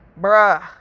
Bruh